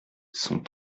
sont